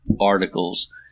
articles